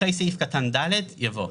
אחרי סעיף קטן (ד) יבוא: